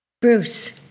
Bruce